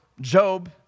Job